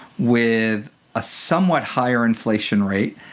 with a somewhat higher inflation rate.